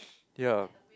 ya